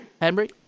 Henry